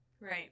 Right